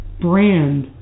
Brand